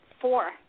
four